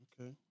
Okay